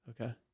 Okay